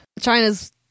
China's